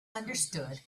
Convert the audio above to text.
understood